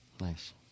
Nice